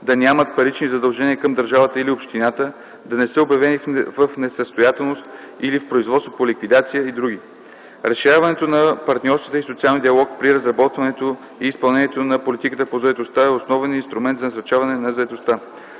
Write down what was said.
да нямат парични задължения към държавата или общината, да не са обявени в несъстоятелност или в производство по ликвидация и други. Разширяването на партньорствата и социалния диалог при разработването и изпълнението на политиката по заетостта е основен инструмент за насърчаване на заетостта.